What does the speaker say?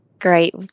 Great